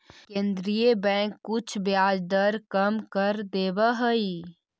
केन्द्रीय बैंक कुछ ब्याज दर कम कर देवऽ हइ